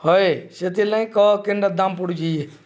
ହଏ ସେଥିର୍ ଲାଗି କ କେନ୍ଟା ଦାମ ପଡ଼ୁଛି ଯେ